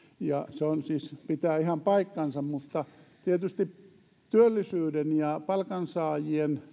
ja se siis pitää ihan paikkansa mutta tietysti työllisyyden palkansaajien ja